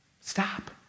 Stop